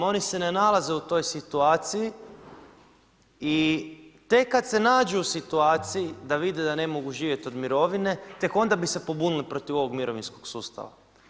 Oni se ne nalaze u toj situaciji i tek kad se nađu u situaciji da ne vide da ne mogu živjeti od mirovine, tek onda bi se pobunili protiv ovog mirovinskog sustava.